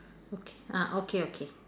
okay ah okay okay